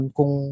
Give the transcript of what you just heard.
Kung